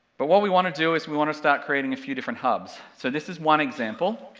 but what we want to do is we want to start creating a few different hubs, so this is one example,